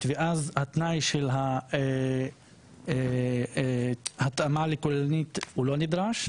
ואז התנאי של התאמה לכוללנית הוא לא נדרש.